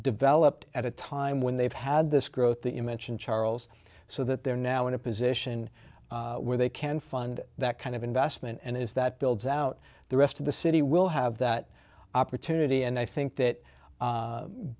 developed at a time when they've had this growth the invention charles so that they're now in a position where they can fund that kind of investment and is that builds out the rest of the city will have that opportunity and i think that